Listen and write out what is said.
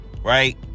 right